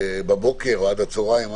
בבוקר או עד הצהריים,